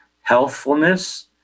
healthfulness